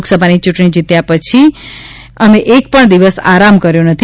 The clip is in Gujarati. લોકસભાની ચૂંટણી જીત્યા પછી અમે એક પણ દિવસ આરામ કર્યો નથી